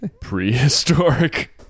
prehistoric